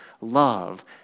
love